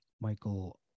Michael